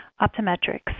Optometrics